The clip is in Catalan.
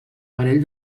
parell